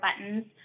buttons